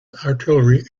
artillery